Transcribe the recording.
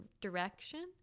direction